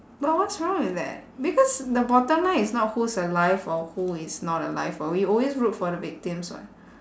but what's wrong with that because the bottom line is not who's alive or who is not alive [what] we always root for the victims [what]